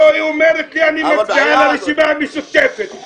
לא, היא אומרת לי: אני מצביעה לרשימה המשותפת.